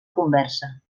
conversa